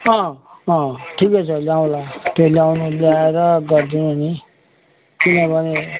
अँ अँ ठिकै छ ल्याउँला त्यो ल्याउनु ल्याएर गरिदिनु नि किनभने